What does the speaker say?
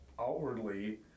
outwardly